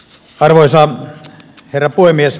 arvoisa herra puhemies